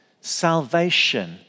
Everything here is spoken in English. salvation